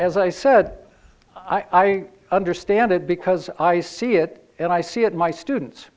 as i said i understand it because i see it and i see it my students